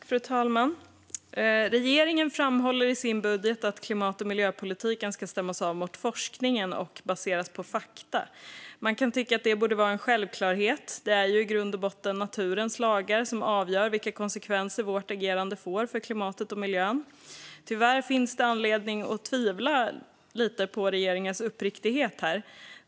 Fru talman! Regeringen framhåller i sin budget att klimat och miljöpolitiken ska stämmas av mot forskningen och baseras på fakta. Man kan tycka att det borde vara en självklarhet. Det är ju i grund och botten naturens lagar som avgör vilka konsekvenser vårt agerande får för klimatet och miljön. Tyvärr finns det anledning att tvivla lite på regeringens uppriktighet här.